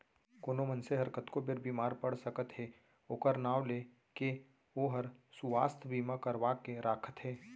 कोनो मनसे हर कतको बेर बीमार पड़ सकत हे ओकर नांव ले के ओहर सुवास्थ बीमा करवा के राखथे